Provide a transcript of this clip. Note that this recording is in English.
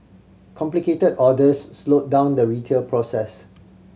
complicated orders slowed down the retail process